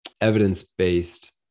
evidence-based